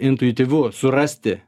intuityvu surasti